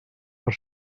per